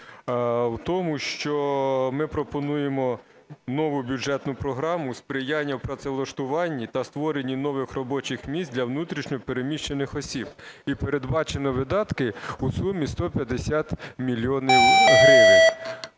в тому, що ми пропонуємо нову бюджетну програму сприяння у працевлаштуванні та створенні нових робочих місць для внутрішньо переміщених осіб і передбачено видатки у сумі 150 мільйонів гривень.